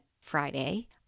Friday